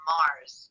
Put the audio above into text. Mars